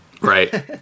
Right